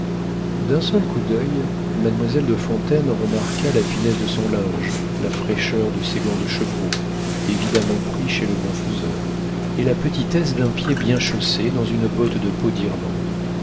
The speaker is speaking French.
d'un seul coup d'oeil mademoiselle de fontaine remarqua la finesse de son linge la fraîcheur de ses gants de chevreau évidemment pris chez le bon faiseur et la petitesse d'un pied bien chaussé dans une botte de peau d'irlande